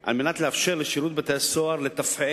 על מנת לאפשר לשירות בתי-הסוהר לתפעל